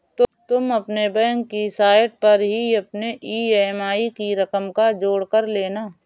तुम अपने बैंक की साइट पर ही अपने ई.एम.आई की रकम का जोड़ कर लेना